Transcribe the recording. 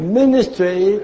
ministry